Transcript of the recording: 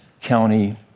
county